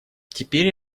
теперь